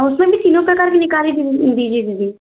उसमें भी तीनों प्रकार की निकाल ही दीजिए जी जी दीदी